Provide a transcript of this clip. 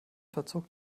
verzog